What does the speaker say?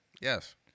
Yes